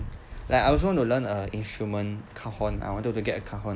like I also want to learn an instrument cajon I wanted to get a cajon